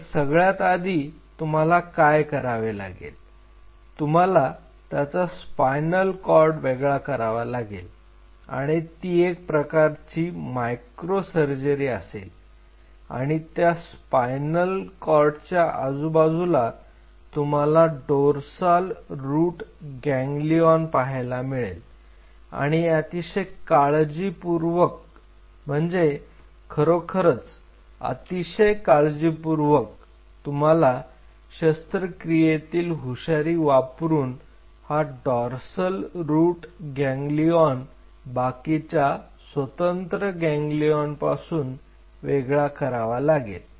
तर सगळ्यात आधी तुम्हाला काय करावे लागेल तुम्हाला त्याचा स्पायनल कॉर्ड वेगळा करावा लागेल आणि ती एक प्रकारची मायक्रो सर्जरी असेल आणि त्या स्पायनल कॉर्डच्या आजूबाजूला तुम्हाला डोर्साल रूट गॅंगलिऑन पाहायला मिळेल आणि अतिशय काळजीपूर्वक म्हणजे खरोखरच अतिशय काळजीपूर्वक तुम्हाला शस्त्रक्रियेतील हुशारी वापरून हा डॉर्साल रूट गॅंगलिऑन बाकीच्या स्वतंत्र गॅंगलिऑनपासून वेगळा करावा लागेल